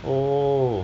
oh